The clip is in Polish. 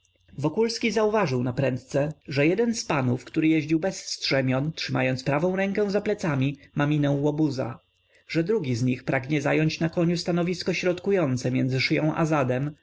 jeździec wokulski zauważył naprędce że jeden z panów który jeździł bez strzemion trzymając prawą rękę za plecami ma minę łobuza że drugi z nich pragnie zająć na koniu stanowisko środkujące między szyją a zadem